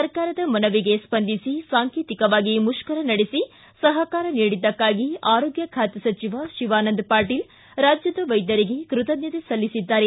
ಸರ್ಕಾರದ ಮನವಿಗೆ ಸ್ವಂದಿಸಿ ಸಾಂಕೇತಿಕವಾಗಿ ಮುಷ್ಕರ ನಡೆಸಿ ಸಹಕಾರ ನೀಡಿದ್ದಕ್ಕಾಗಿ ಆರೋಗ್ಯ ಖಾತೆ ಸಚಿವ ಶಿವಾನಂದ ಪಾಟೀಲ ರಾಜ್ಯದ ವೈದ್ಯರಿಗೆ ಕೃತಜ್ಞತೆ ಸಲ್ಲಿಸಿದ್ದಾರೆ